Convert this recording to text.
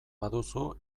baduzu